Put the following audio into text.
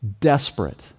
desperate